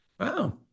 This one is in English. Wow